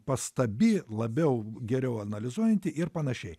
pastabi labiau geriau analizuojanti ir panašiai